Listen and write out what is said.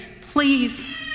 please